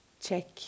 check